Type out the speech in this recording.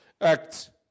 Acts